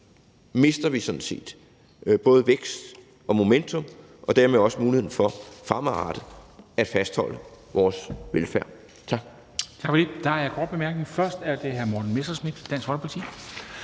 mister sådan set i dag både vækst og momentum og dermed også muligheden for fremadrettet at fastholde vores velfærd. Tak.